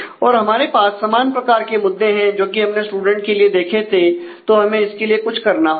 और हमारे पास समान प्रकार के मुद्दे हैं जो कि हमने स्टूडेंट के लिए देखे थे तो हमें इसके लिए कुछ करना होगा